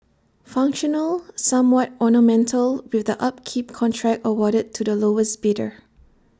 functional somewhat ornamental with the upkeep contract awarded to the lowest bidder